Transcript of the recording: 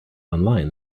online